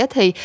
Thì